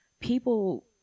people